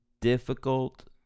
difficult